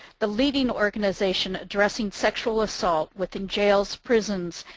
the leading organization addressing sexual assault within jails, prisons,